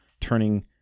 turning